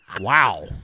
Wow